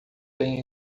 tenha